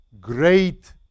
great